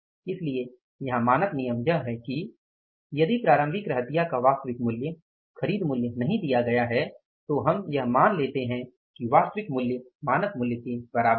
इसलिए यहां मानक नियम यह है कि यदि प्रारंभिक रहतिया का वास्तविक मूल्य खरीद मूल्य नहीं दिया गया है तो हम यह मान लेते है कि वास्तविक मूल्य मानक मूल्य के बराबर है